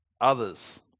others